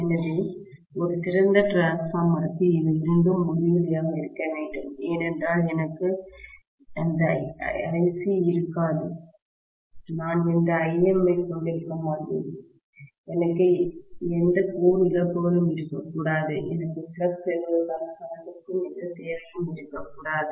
எனவே ஒரு சிறந்த டிரான்ஸ்பார்மருக்கு இவை இரண்டும் முடிவிலியாக இருக்க வேண்டும் ஏனென்றால் எனக்கு எந்த IC இருக்காது நான் எந்த Im ஐ கொண்டிருக்க மாட்டேன் எனக்கு எந்த கோர் இழப்புகளும் இருக்கக்கூடாது எனக்கு ஃப்ளக்ஸ் நிறுவுவதற்கான கரண்டிற்க்கும் எந்த தேவையும் இருக்கக்கூடாது